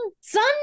Son